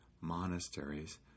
monasteries